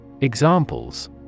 Examples